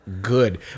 good